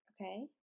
Okay